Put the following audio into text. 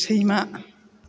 सैमा